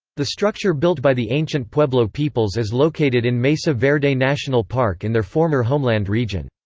the structure built by the ancient pueblo peoples is located in mesa verde national park in their former homeland region.